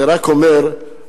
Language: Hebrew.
זה רק אומר שמותר.